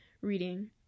reading